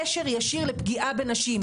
קשר ישיר לפגיעה בנשים,